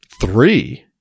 Three